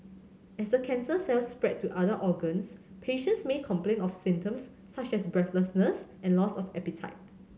as the cancer cells spread to other organs patients may complain of symptoms such as breathlessness and loss of appetite